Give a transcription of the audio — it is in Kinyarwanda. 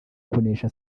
kunesha